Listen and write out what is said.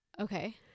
Okay